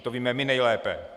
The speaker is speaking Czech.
To víme my nejlépe.